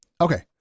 Okay